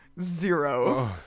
Zero